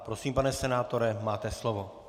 Prosím, pane senátore, máte slovo.